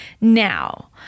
Now